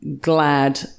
glad